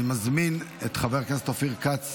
אני מזמין את חבר הכנסת אופיר כץ